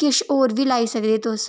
किश होर बी लाई सकदे तुस